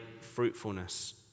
fruitfulness